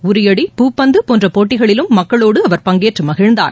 உரியடி பூப்பந்து போன்ற போட்டிகளிலும் மக்களோடு அவர் பங்கேற்று மகிழ்ந்தார்